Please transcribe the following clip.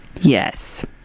Yes